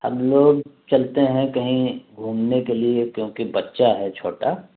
ہم لوگ چلتے ہیں کہیں گھومنے کے لیے کیونکہ بچہ ہے چھوٹا